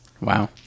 Wow